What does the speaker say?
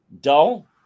Dull